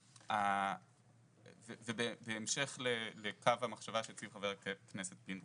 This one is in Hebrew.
זה בהמשך לקו המחשבה שהציג חבר הכנסת פינדרוס.